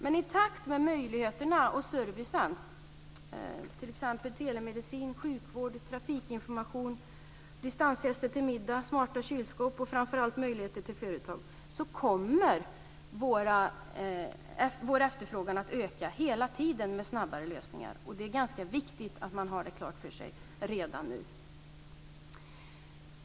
Men i takt med att möjligheterna och servicen, t.ex. telemedicin, sjukvård, trafikinformation, distansgäster till middag, smarta kylskåp och framför allt möjligheter för företag, ökar, så kommer vår efterfrågan på snabbare lösningar att öka. Det är viktigt att man har det klart för sig redan nu.